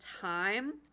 time